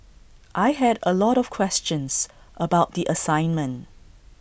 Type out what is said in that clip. I had A lot of questions about the assignment